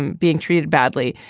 um being treated badly.